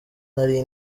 nari